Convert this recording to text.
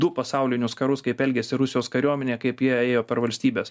du pasaulinius karus kaip elgėsi rusijos kariuomenė kaip jie ėjo per valstybes